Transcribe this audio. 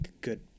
good